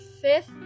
fifth